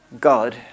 God